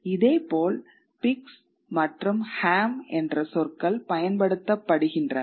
இதேபோல் பிக்ஸ் மற்றும் ஹாம் என்ற சொற்கள் பயன்படுத்தப்படுகின்றன